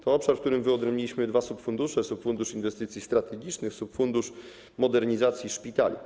To obszar, w którym wyodrębniliśmy dwa subfundusze, subfundusz inwestycji strategicznych i subfundusz modernizacji szpitali.